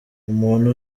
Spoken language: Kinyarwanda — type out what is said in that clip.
umuntu